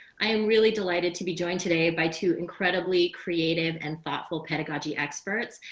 i am really delighted to be joined today by two incredibly creative and thoughtful pedagogy experts.